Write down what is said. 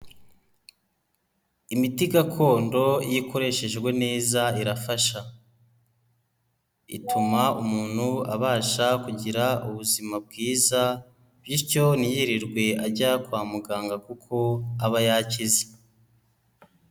Imiti gakondo iyo ikoreshejwe neza irafasha, ituma umuntu abasha kugira ubuzima bwiza, bityo ntiyirirwe ajya kwa muganga kuko aba yakize.